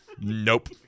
Nope